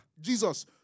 Jesus